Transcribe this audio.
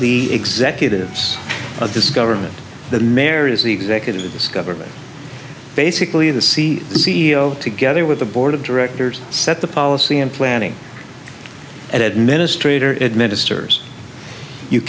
the executives of this government the mayor is the executive of this government basically the see the c e o together with the board of directors set the policy and planning at administrators administers you